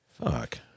Fuck